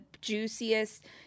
juiciest